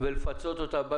ולפצות אותם,